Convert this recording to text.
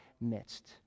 midst